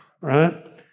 right